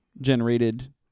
generated